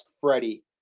Freddie